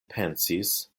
pensis